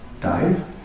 Dive